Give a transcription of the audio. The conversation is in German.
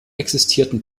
existierten